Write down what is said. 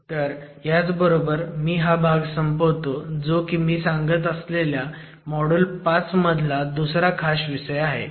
तर ह्याचबरोबर मी हा भाग संपवतो जो की मी सांगत असलेला मॉड्युल 5 मधला दुसरा खास विषय आहे